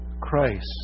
Christ